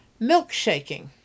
milkshaking